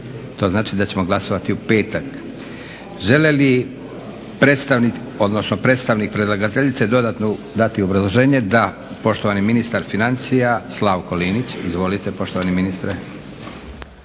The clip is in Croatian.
To znači da ćemo glasovati u petak. Želi li predstavnik predlagateljice dodatno dati obrazloženje? Da. Poštovani ministar financija Slavko Linić. Izvolite poštovani ministre.